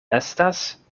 estas